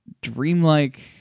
dreamlike